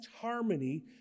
harmony